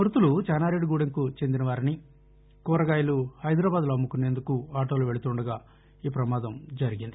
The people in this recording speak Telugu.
మ్బతులు చెన్నారెడ్డిగూడెంకు చెందినవారని కూరగాయాలను హైదరాబాదులో అమ్ముకునేందుకు ఆటోలో వెళ్తుండగా ఈ పమాదం జరిగింది